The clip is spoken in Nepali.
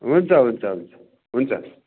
हुन्छ हुन्छ हुन्छ हुन्छ